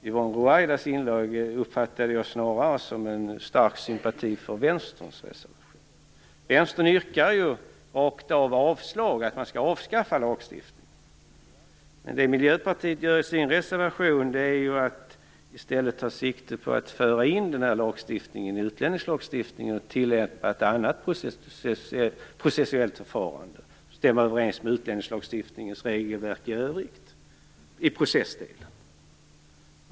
Yvonne Ruwaidas inlägg uppfattade jag snarare som att hon har stark sympati för Vänsterns reservation. Vänstern yrkar rakt av avslag och vill att man skall avskaffa lagstiftningen. Men det Miljöpartiet gör i sin reservation är att i stället ta sikte på att föra in lagstiftningen i utlänningslagstiftningen och tillämpa ett annat processuellt förfarande, så att det stämmer överens med utlänningslagstiftningens regelverk i övrigt i processdelen.